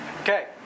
Okay